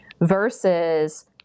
Versus